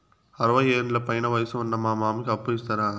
అరవయ్యేండ్ల పైన వయసు ఉన్న మా మామకి అప్పు ఇస్తారా